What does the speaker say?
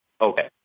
Okay